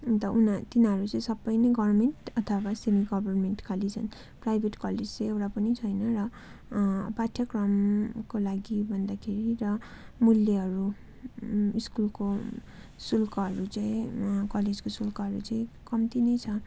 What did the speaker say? अन्त उना तिनीहरू चाहिँ सबै नै गभर्मेन्ट अथवा semi government college private college चाहिँ एउटा पनि छैन र पाठ्यक्रमको लागि भन्दाखेरि र मूल्यहरू स्कुलको शुल्कहरू चाहिँ कलेजको शुल्कहरू चाहिँ कम्ती नै छ